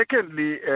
secondly